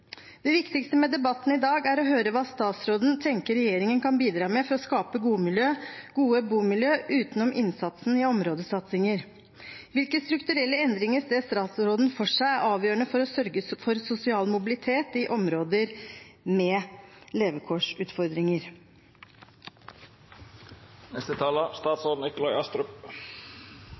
Det viktigste med debatten i dag er å høre hva statsråden tenker regjeringen kan bidra med for å skape gode bomiljø, utenom innsatsen i områdesatsinger. Hvilke strukturelle endringer ser statsråden for seg er avgjørende for å sørge for sosial mobilitet i områder med